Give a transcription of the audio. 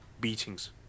beatings